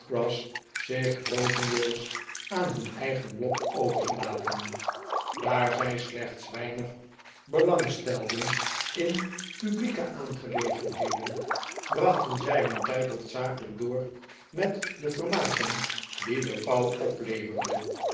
zich grootendeels aan him eigen lot overgelaten daar zij slechts weinig belang stelden in publieke aangelegenheden brachten zij hun tijd hoofdzakelijk door met de vermaken die de pauw opleverde